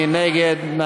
מי נגד?